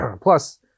Plus